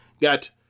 got